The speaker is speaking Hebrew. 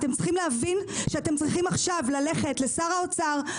אתם צריכים להבין שאתם צריכים עכשיו ללכת כולכם